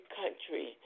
country